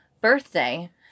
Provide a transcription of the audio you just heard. birthday